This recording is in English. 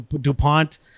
DuPont